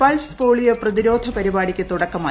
pulse polio പ്രതിരോധ പരിപാടിക്ക് തുടക്കമായി